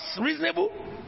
reasonable